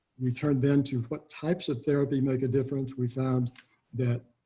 return them to what types of therapy, make a difference. we found that